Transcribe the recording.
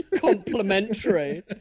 complimentary